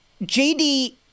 JD